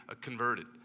converted